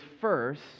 first